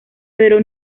pero